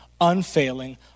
unfailing